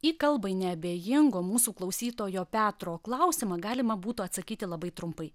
į kalbai neabejingo mūsų klausytojo petro klausimą galima būtų atsakyti labai trumpai